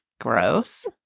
Gross